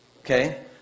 Okay